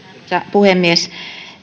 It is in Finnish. puhemies